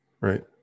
right